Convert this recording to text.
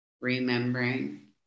remembering